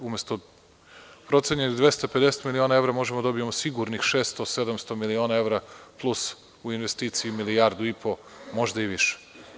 Umesto procenjenih 250 miliona evra, možemo da dobijemo sigurnih 600, 700 miliona evra plus u investiciji milijardu i po, možda i više.